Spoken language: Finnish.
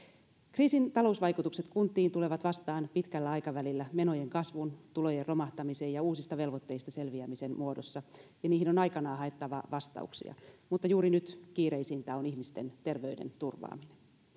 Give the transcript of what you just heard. kriisin talousvaikutukset kuntiin tulevat vastaan pitkällä aikavälillä menojen kasvun tulojen romahtamisen ja uusista velvoitteista selviämisen muodossa ja niihin on aikanaan haettava vastauksia mutta juuri nyt kiireisintä on ihmisten terveyden turvaaminen